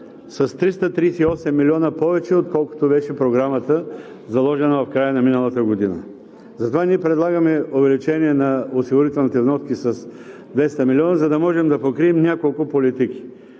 с 338 млн. лв. повече, отколкото беше програмата, заложена в края на миналата година. Затова ние предлагаме увеличение на осигурителните вноски с 200 млн. лв., за да може да покрием няколко политики.